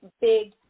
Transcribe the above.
big